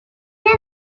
bien